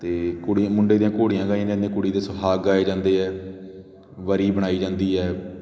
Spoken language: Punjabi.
ਅਤੇ ਕੁੜੀ ਮੁੰਡੇ ਦੀਆਂ ਘੋੜੀਆਂ ਗਾਈਆਂ ਜਾਂਦੀਆਂ ਕੁੜੀ ਦੇ ਸੁਹਾਗ ਗਾਏ ਜਾਂਦੇ ਹੈ ਵਰੀ ਬਣਾਈ ਜਾਂਦੀ ਹੈ